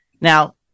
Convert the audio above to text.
Now